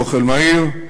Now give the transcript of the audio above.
אוכל מהיר,